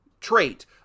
trait